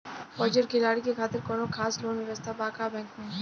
फौजी और खिलाड़ी के खातिर कौनो खास लोन व्यवस्था बा का बैंक में?